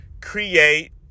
create